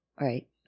Right